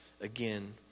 again